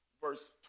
verse